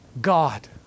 God